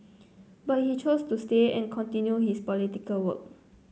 but he chose to stay and continue his political work